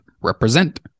represent